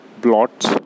blots